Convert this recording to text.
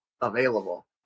available